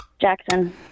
Jackson